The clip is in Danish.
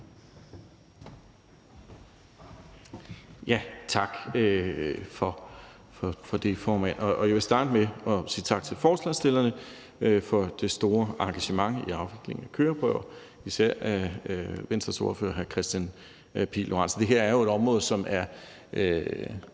Tak for det, formand. Jeg vil starte med at sige tak til forslagsstillerne for det store engagement i afviklingen af køreprøver, især af Venstres ordfører, hr. Kristian Pihl Lorentzens.